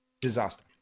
disaster